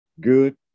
good